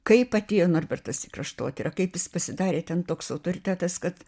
kaip atėjo norbertas į kraštotyrą kaip jis pasidarė ten toks autoritetas kad